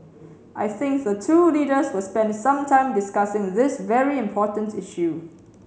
I think the two leaders will spend some time discussing this very important issue